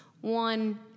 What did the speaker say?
one